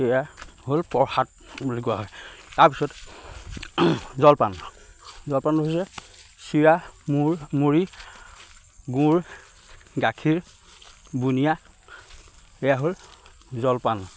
এয়া হ'ল প্ৰসাদ বুলি কোৱা হয় তাৰপিছত জলপান জলপান হৈছে চিৰা মূৰি মুড়ি গুৰ গাখীৰ বুনিয়া এয়া হ'ল জলপান